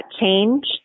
change